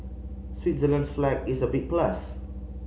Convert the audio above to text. Switzerland's flag is a big plus